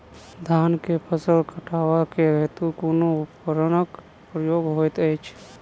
धान केँ फसल कटवा केँ हेतु कुन उपकरणक प्रयोग होइत अछि?